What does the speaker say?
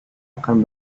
akan